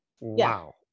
Wow